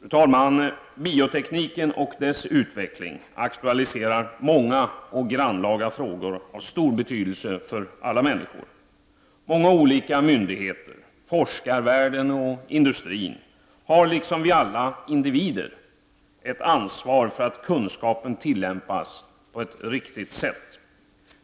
Fru talman! Biotekniken och dess utveckling aktualiserar många och grannlaga frågor av stor betydelse för alla människor. Många olika myndigheter, forskarvärlden och industrin har liksom vi alla individer ett ansvar för att kunskapen tillämpas på ett riktigt sätt.